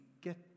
get